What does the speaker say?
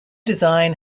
design